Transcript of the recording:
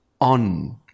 on